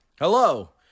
Hello